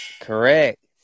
Correct